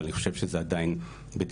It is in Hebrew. אבל אני חושב שזה עדיין בדיונים.